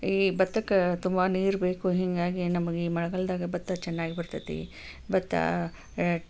ಈ ಭತ್ತಕ್ಕೆ ತುಂಬ ನೀರು ಬೇಕು ಹೀಗಾಗಿ ನಮಗೆ ಈ ಮಳೆಗಾಲದಾಗ ಭತ್ತ ಚೆನ್ನಾಗಿ ಬರ್ತೈತಿ ಭತ್ತ